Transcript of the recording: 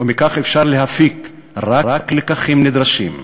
ומכך אפשר להפיק רק לקחים נדרשים.